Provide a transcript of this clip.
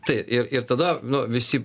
tai ir ir tada nu visi